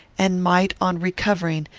and might, on recovering,